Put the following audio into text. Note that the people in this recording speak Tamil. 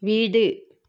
வீடு